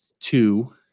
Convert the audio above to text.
two